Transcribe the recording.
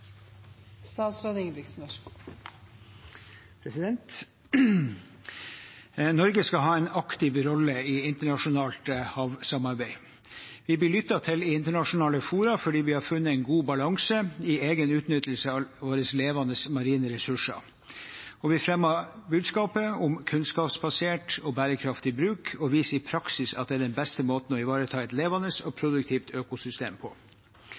funnet en god balanse i egen utnyttelse av våre levende marine ressurser, og vi fremmer budskapet om kunnskapsbasert og bærekraftig bruk og viser i praksis at det er den beste måten å ivareta et levende og produktivt økosystem på.